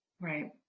right